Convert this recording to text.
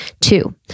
Two